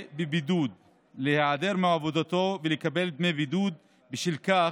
בבידוד להיעדר מעבודתו ולקבל דמי בידוד בשל כך,